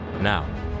now